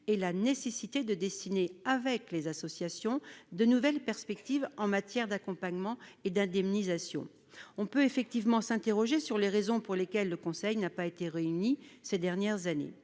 et la nécessité de dessiner avec les associations de nouvelles perspectives en matière d'accompagnement et d'indemnisation. On peut effectivement s'interroger sur les raisons pour lesquelles ce conseil n'a pas été réuni ces dernières années,